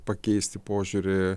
pakeisti požiūrį